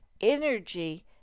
energy